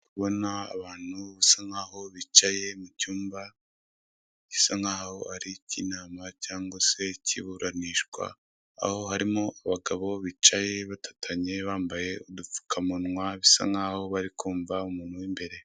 Mu cyumba cy'urukiko, hari kuberamo iburanisha. Abari kuburana ndetse n'abunganizi babo mu mategeko, bari imbere y'inteko y'abacamanza.